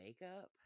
makeup